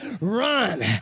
run